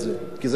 כי זה כבר פה.